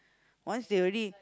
once they already